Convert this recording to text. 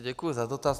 Děkuji za dotaz.